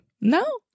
No